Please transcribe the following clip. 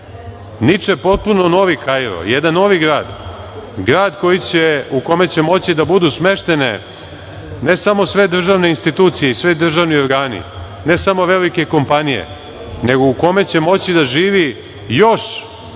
niče potpuno novi Kairo, jedan novi grad, grad u kome će moći da budu smeštene ne samo sve državne institucije, državni organi, ne samo velike kompanije, nego u kome će moći da živi još